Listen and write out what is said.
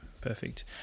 perfect